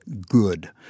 good